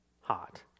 hot